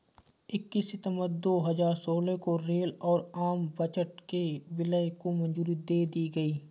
इक्कीस सितंबर दो हजार सोलह को रेल और आम बजट के विलय को मंजूरी दे दी गयी